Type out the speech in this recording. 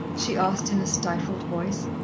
she asked in a stifled voice.